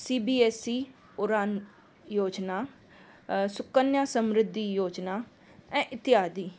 C B S E Udaan योजना अ सुकन्या समृद्धी योजना ऐं इत्यादि